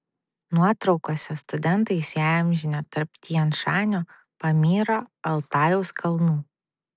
nuotraukose studentai įsiamžinę tarp tian šanio pamyro altajaus kalnų